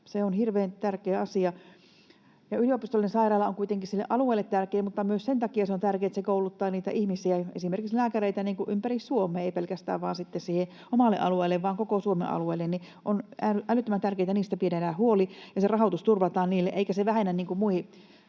Se on hirveän tärkeä asia. Yliopistollinen sairaala on kuitenkin sille alueelle tärkeä, mutta myös sen takia se on tärkeä, että se kouluttaa ihmisiä, esimerkiksi lääkäreitä, ympäri Suomea, ei pelkästään vain siihen omalle alueelle vaan koko Suomen alueelle, joten on älyttömän tärkeätä, että niistä pidetään huoli ja se rahoitus turvataan niille eikä se vähennä muiden